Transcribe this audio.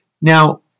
Now